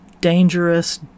dangerous